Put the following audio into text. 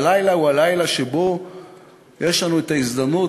והלילה הוא הלילה שבו יש לנו את ההזדמנות,